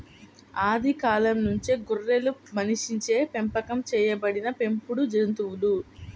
ఆది కాలం నుంచే గొర్రెలు మనిషిచే పెంపకం చేయబడిన పెంపుడు జంతువులు